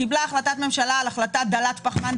קיבלה החלטת ממשלה על כלכלה דלת פחמן,